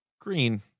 green